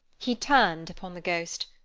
he turned upon the ghost,